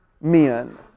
men